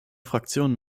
fraktion